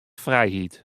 frijheid